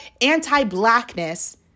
anti-blackness